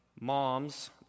mom's